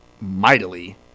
mightily